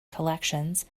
collections